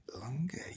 longer